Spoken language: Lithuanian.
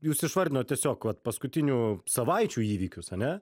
jūs išvardinot tiesiog paskutinių savaičių įvykius ane